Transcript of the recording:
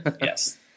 Yes